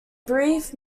brief